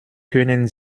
können